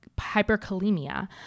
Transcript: hyperkalemia